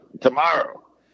tomorrow